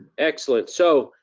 excellent. so,